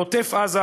בעוטף-עזה,